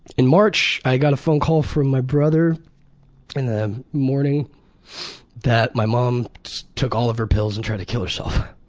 in march i got a phone call from my brother in the morning that my mom took all of her pill and tried to kill herself.